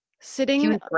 Sitting